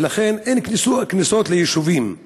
ולכן, אין כניסות ליישובים,